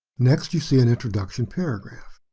next you see an introduction paragraph.